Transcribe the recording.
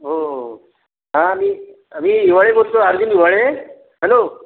हो हां मी मी हिवाळे बोलतोय अरविन हिवाळे हॅलो